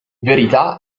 verità